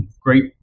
great